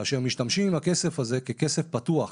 כאשר משתמשים עם הכסף הזה ככסף פתוח,